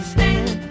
Stand